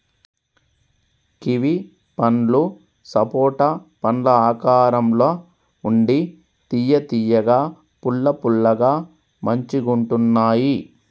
kiwi పండ్లు సపోటా పండ్ల ఆకారం ల ఉండి తియ్య తియ్యగా పుల్ల పుల్లగా మంచిగుంటున్నాయ్